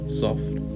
soft